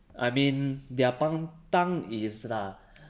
I mean their pantang is lah